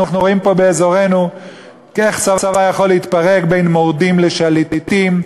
אנחנו רואים באזורנו איך צבא יכול להתפרק בין מורדים לשליטים,